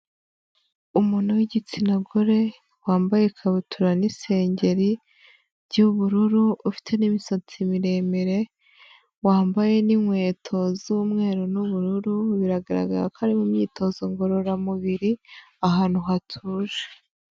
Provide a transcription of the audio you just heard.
Umuntu w'igitsina gore, wambaye ikabutura n'isengeri by'ubururu, ufite n'imisatsi miremire, wambaye n'inkweto z'umweru n'ubururu, biragaragara ko ari mu myitozo ngororamubiri ahantu hatuje.